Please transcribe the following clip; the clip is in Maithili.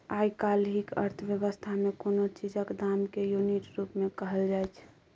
आइ काल्हिक अर्थ बेबस्था मे कोनो चीजक दाम केँ युनिट रुप मे कहल जाइ छै